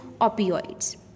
opioids